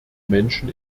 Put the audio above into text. menschen